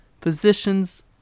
positions